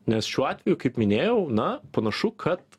nes šiuo atveju kaip minėjau na panašu kad